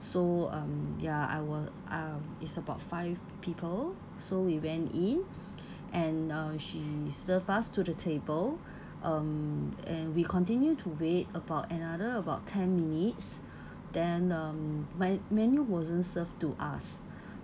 so um ya I were um it's about five people so we went in and uh she served us to the table um and we continued to wait about another about ten minutes then um my menu wasn't served to us